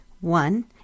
One